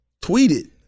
tweeted